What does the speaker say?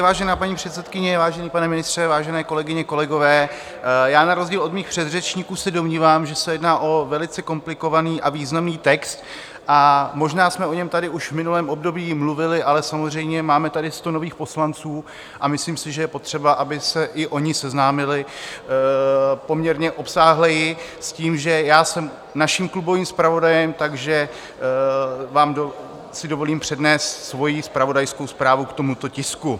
Vážená paní předsedkyně, vážený pane ministře, vážené kolegyně, kolegové, na rozdíl od svých předřečníků se domnívám, že se jedná o velice komplikovaný a významný text, a možná jsme o něm tady už v minulém období mluvili, ale samozřejmě máme tady sto nových poslanců, a myslím si, že je potřeba, aby se i oni seznámili poměrně obsáhleji s tím, že jsem naším klubovým zpravodajem, takže vám si dovolím přednést svoji zpravodajskou zprávu k tomuto tisku.